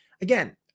Again